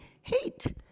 hate